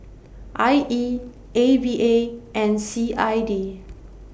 I E A V A and C I D